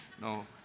No